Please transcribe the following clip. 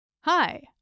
Hi